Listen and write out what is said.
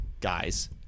Guys